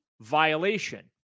violation